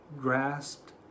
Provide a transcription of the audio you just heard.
grasped